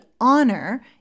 honor